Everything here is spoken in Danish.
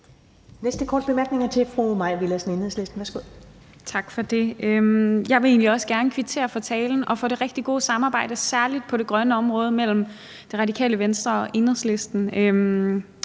næste korte bemærkning er til fru Mai Villadsen, Enhedslisten. Værsgo. Kl. 14:30 Mai Villadsen (EL): Tak for det. Jeg vil egentlig også gerne kvittere for talen og for det rigtig gode samarbejde, særlig på det grønne område, mellem Radikale Venstre og Enhedslisten